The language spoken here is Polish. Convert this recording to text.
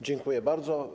Dziękuję bardzo.